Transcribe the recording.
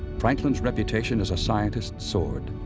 franklin's reputation as a scientist soared.